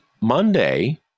Monday